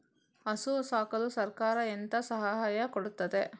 ಹಸು ಸಾಕಲು ಸರಕಾರ ಎಂತ ಸಹಾಯ ಕೊಡುತ್ತದೆ?